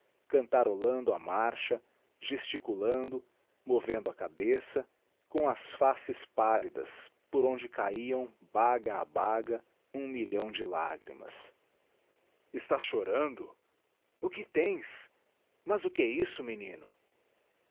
cantarolando a marcha gesticulando movendo a cabeça com as faces pallidas por onde cabiam baga a baga um milhão de lagrimas estás chorando o que tens mas o que é isso menino